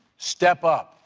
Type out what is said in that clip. step up.